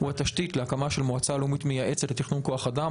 הדבר הזה הוא התשתית להקמה של מועצה לאומית מייעצת לתכנון כוח אדם.